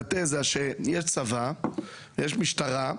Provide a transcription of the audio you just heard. את התזה שיש צבא ויש משטרה,